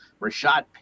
Rashad